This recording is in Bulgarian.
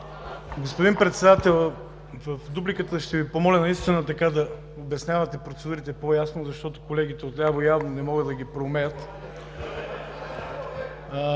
Господин Председател, в дупликата ще Ви помоля наистина да обяснявате процедурите по-ясно, защото колегите от ляво явно не могат да ги проумеят.